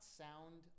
sound